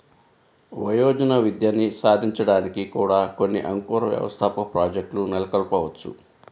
వయోజన విద్యని సాధించడానికి కూడా కొన్ని అంకుర వ్యవస్థాపక ప్రాజెక్ట్లు నెలకొల్పవచ్చు